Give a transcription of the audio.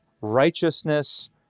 righteousness